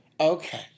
Okay